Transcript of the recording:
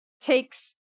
takes